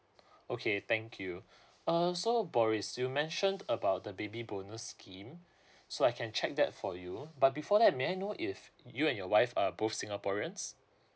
okay thank you uh so boris you mentioned about the baby bonus scheme so I can check that for you but before that may I know if you and your wife are both singaporeans